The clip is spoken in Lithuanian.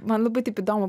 man labai taip įdomu